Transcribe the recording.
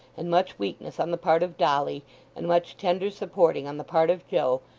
and much weakness on the part of dolly and much tender supporting on the part of joe,